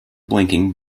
blinking